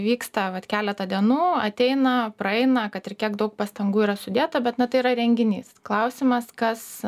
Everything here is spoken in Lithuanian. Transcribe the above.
vyksta vat keletą dienų ateina praeina kad ir kiek daug pastangų yra sudėta bet na tai yra renginys klausimas kas